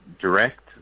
direct